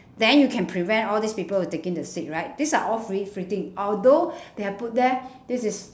then you can prevent all these people who taking the seat right these are all although they have put there this is